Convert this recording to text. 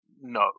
no